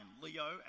Leo